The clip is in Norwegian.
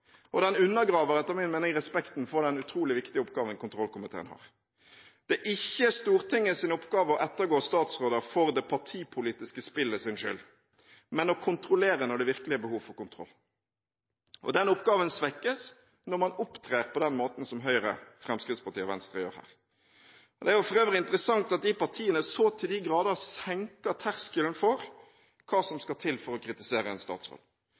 og den undergraver etter min mening respekten for den utrolig viktige oppgaven kontrollkomiteen har. Det er ikke Stortingets oppgave å ettergå statsråder for det partipolitiske spillets skyld, men å kontrollere når det virkelig er behov for kontroll. Den oppgaven svekkes når man opptrer på den måten som Høyre, Fremskrittspartiet og Venstre gjør her. Det er for øvrig interessant at de partiene så til de grader senker terskelen for hva som skal til for å kritisere en statsråd.